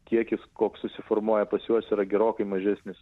kiekis koks susiformuoja pas juos yra gerokai mažesnis